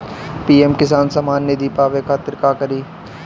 PM Kisan Samman Nidhi पावे खातिर का करी?